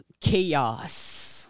chaos